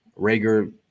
Rager